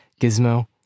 Gizmo